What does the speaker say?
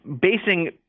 basing